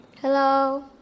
Hello